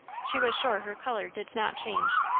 she was sure her colour did not change.